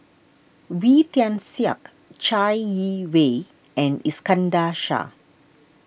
Wee Tian Siak Chai Yee Wei and Iskandar Shah